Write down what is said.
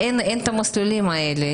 אין את המסלולים האלה,